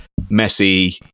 Messi